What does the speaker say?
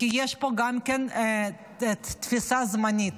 כי יש פה גם תפיסה זמנית: